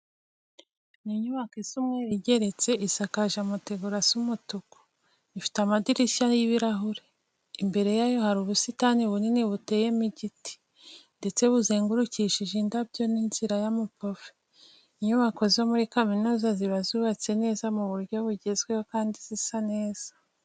Ni inyubako isa umweru igeretse, isakaje amategura asa umutuku, ifite amadirishya y'ibirahure. Imbere yayo hari ubusitani bunini buteyemo igiti ndetse buzengurukishije indabyo n'inzira y'amapave. Inyubako zo muri kaminuza ziba zubatse neza mu buryo bugezweho kandi zisa neza.